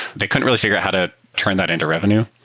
they couldn't really figure out how to turn that into revenue.